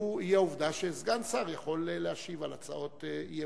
הוא העובדה שסגן שר יכול להשיב על הצעות אי-אמון.